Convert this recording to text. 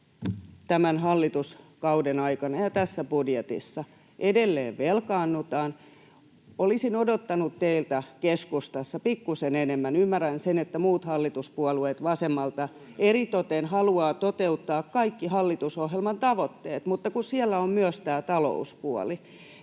tämän hallituskauden aikana ja tässä budjetissa edelleen velkaannutaan. Olisin odottanut teiltä keskustassa pikkusen enemmän. Ymmärrän, että muut hallituspuolueet, vasemmalta eritoten, haluavat toteuttaa kaikki hallitusohjelman tavoitteet, mutta kun siellä on myös tämä talouspuoli.